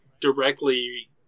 directly